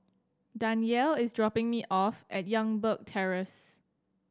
Danyell is dropping me off at Youngberg Terrace